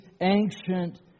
ancient